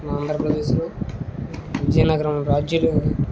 మా ఆంధ్రప్రదేశ్లో విజయనగరం రాజులు